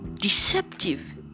deceptive